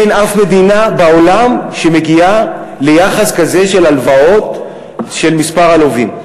אין אף מדינה בעולם שמגיעה ליחס כזה של הלוואות ושל מספר הלווים.